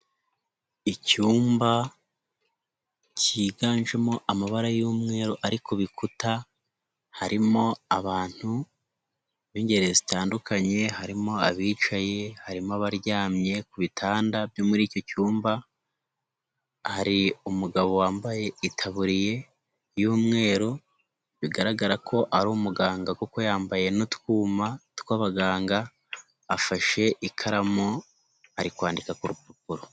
Icyumba cyiganjemo amabara y'umweru ari ku bikuta harimo abantu b'ingeri zitandukanye harimo abicaye, harimo abaryamye ku bitanda byo muri icyo cyumba, hari umugabo wambaye itaburiya y'umweru bigaragara ko ari umuganga kuko yambaye n'utwuma tw'abaganga afashe ikaramu ari kwandika ku rupapuro.